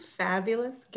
fabulous